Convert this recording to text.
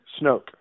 Snoke